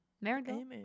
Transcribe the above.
Marigold